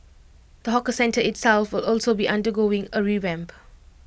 the hawker centre itself will also be undergoing A revamp